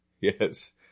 Yes